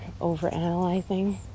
overanalyzing